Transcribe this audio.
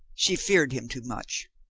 she feared him too much.